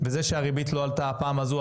וזה שהריבית לא עלתה הפעם הזו,